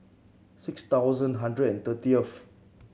six thousand hundred and thirtieth